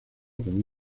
como